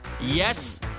Yes